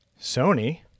Sony